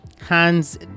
hands